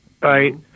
right